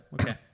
Okay